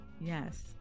yes